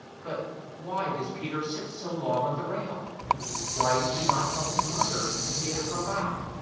but why does peter sit so long on the rail why does he not tell his mother that he has come back?